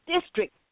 district